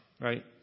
right